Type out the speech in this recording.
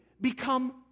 become